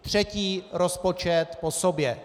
Třetí rozpočet po sobě.